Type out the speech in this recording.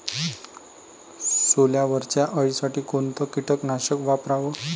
सोल्यावरच्या अळीसाठी कोनतं कीटकनाशक वापराव?